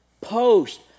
post